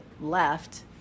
left